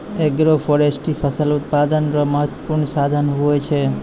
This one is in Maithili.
एग्रोफोरेस्ट्री फसल उत्पादन रो महत्वपूर्ण साधन हुवै छै